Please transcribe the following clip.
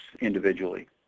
individually